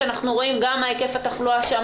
שאנחנו גם רואים מה היקף התחלואה שם,